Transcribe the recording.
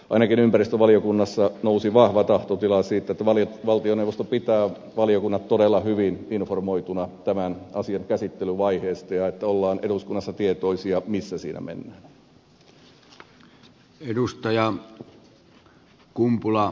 ainakin ympäristövaliokunnassa nousi vahva tahtotila siitä että valtioneuvosto pitää valiokunnat todella hyvin informoituina tämän asian käsittelyvaiheista ja että ollaan eduskunnassa tietoisia missä siinä mennään